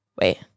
Wait